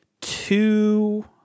two